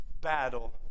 battle